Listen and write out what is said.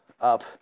up